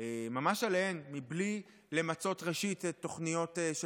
ממש עליהם, בלי למצות תוכניות של